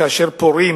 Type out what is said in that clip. כאשר פורעים